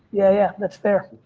yeah, yeah. that's fair.